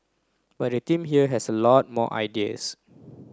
but the team here has a lot more ideas